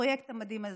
הפרויקט המדהים הזה.